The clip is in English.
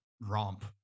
romp